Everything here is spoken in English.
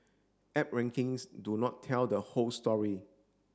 app rankings do not tell the whole story